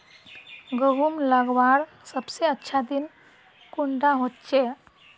गहुम लगवार सबसे अच्छा दिन कुंडा होचे?